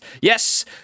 Yes